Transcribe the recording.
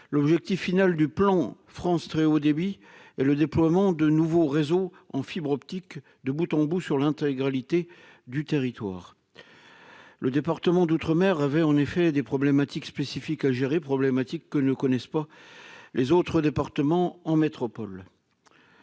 l'objectif final du plan France très haut débit, le déploiement de nouveaux réseaux en fibre optique de bout-en-bout sur l'intégralité du territoire, le département d'outre-mer, avait en effet des problématiques spécifiques à gérer problématique que ne connaissent pas les autres départements en métropole,